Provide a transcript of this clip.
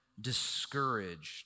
discouraged